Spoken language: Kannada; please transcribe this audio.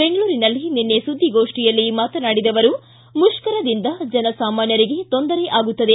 ಬೆಂಗಳೂರಿನಲ್ಲಿ ನಿನ್ನೆ ಸುದ್ದಿಗೋಷ್ಠಿಯಲ್ಲಿ ಮಾತನಾಡಿದ ಅವರು ಮುಷ್ಕರದಿಂದ ಜನ ಸಾಮಾನ್ಯರಿಗೆ ತೊಂದರೆ ಆಗುತ್ತದೆ